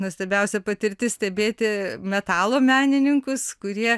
nuostabiausia patirtis stebėti metalo menininkus kurie